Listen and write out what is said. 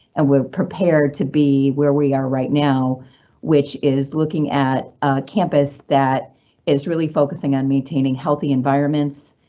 and we're prepared to be where we are right now which is looking at campus that is really focusing on maintaining healthy environments,